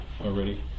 already